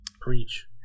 Preach